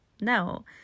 No